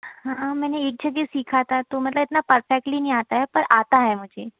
हाँ मैंने एक जगह सीखा था तो मतलब इतना परफ़ैक्टली नहीं आता है पर आता है मुझे